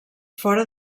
fora